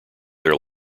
their